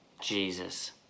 Jesus